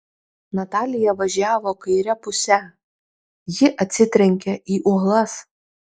natalija važiavo kaire puse ji atsitrenkia į uolas